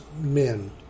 men